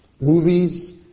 Movies